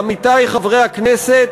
עמיתי חברי הכנסת,